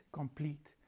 complete